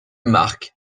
marcq